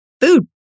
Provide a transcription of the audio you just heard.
food